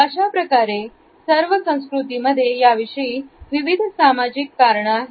अशाप्रकारे सर्व संस्कृतीमध्ये याविषयी विविध सामाजिक कारण आहेत